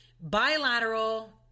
bilateral